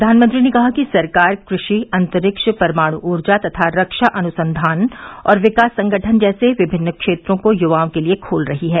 प्रधानमंत्री ने कहा कि सरकार क्रषि अंतरिक्ष परमाण् ऊर्जा तथा रक्षा अनुसंधान और विकास संगठन जैसे विभिन्न क्षेत्रों को युवाओं के लिए खोल रही है